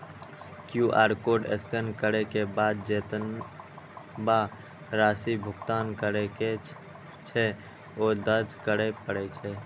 QR code scan करै के बाद जेतबा राशि भुगतान करै के छै, ओ दर्ज करय पड़ै छै